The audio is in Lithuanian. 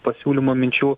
pasiūlymo minčių